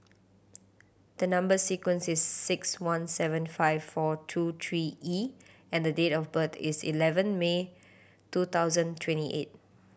the number sequence is six one seven five four two three E and the date of birth is eleven May two thousand twenty eight